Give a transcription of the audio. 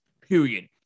period